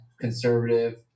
conservative